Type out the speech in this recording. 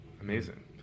Amazing